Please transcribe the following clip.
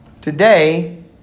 Today